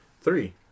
Three